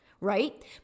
right